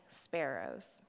sparrows